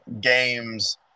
games